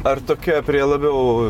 ar tokia prie labiau